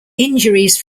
injuries